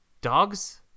Dogs